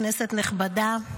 כנסת נכבדה,